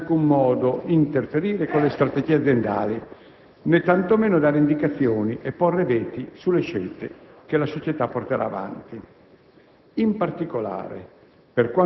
il Governo non intende in alcun modo interferire con le strategie aziendali, né tantomeno dare indicazioni e porre veti sulle scelte che la società porterà avanti.